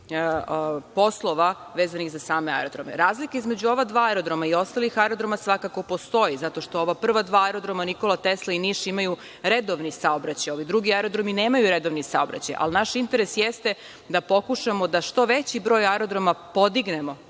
poslova vezanih za same aerodrome. Razlika između ova dva aerodroma i ostalih aerodroma svakako postoji, zato što ova prva dva aerodroma „Nikola Tesla“ i Niš imaju redovni saobraćaj, ovi drugi aerodromi nemaju redovnih saobraćaja. Naš interes jeste da pokušamo da što veći broj aerodroma podignemo,